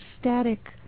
static